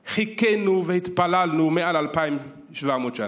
חיכינו והתפללנו מעל 2,700 שנה.